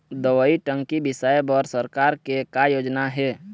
दवई टंकी बिसाए बर सरकार के का योजना हे?